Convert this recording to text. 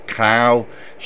cow